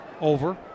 over